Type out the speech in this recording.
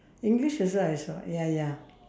english also I saw ya ya